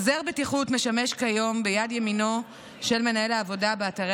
עוזר בטיחות משמש כיום יד ימינו של מנהל העבודה באתרי